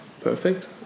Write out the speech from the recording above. perfect